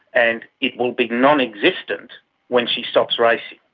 and it will be non-existent when she stops racing.